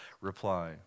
reply